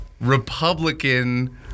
Republican